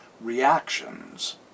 reactions